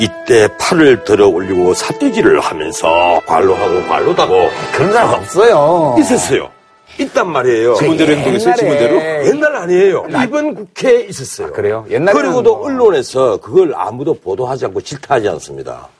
이때 팔을 들어 올리고 삿대질을 하면서 관로하고 관로다고, 아, 그런 사람, 아, 없어요. 있었어요. 있단 말이에요. 그 지문대로 행동했어요? 지문대로? 옛날에 옛날 아니에요. 나- 이번 국회에 있었어요. 아, 그래요? 옛날에는 그리고도 뭐- 언론에서 그걸 아무도 보도하지 않고 질타하지 않습니다.